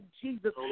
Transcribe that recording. Jesus